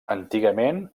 antigament